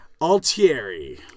Altieri